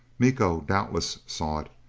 miko doubtless saw it,